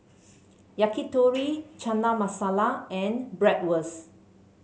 Yakitori Chana Masala and Bratwurst